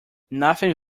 nothing